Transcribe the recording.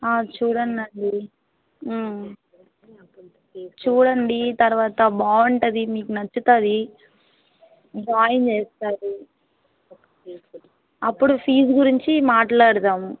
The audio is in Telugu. చూడండి చూడండి తరువాత బాగుంటుంది మీకు నచ్చుతుంది జాయిన్ చేస్తారు అప్పుడు ఫీజు గురించి మాట్లాడుదాము